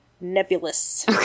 nebulous